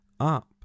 up